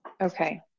Okay